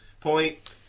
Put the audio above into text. point